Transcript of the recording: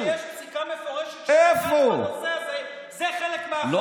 כשיש פסיקה מפורשת שנוגעת בנושא הזה,